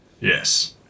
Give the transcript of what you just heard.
Yes